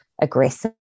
aggressive